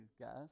guys